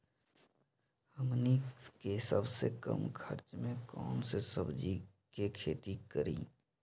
हमनी के सबसे कम खर्च में कौन से सब्जी के खेती करी?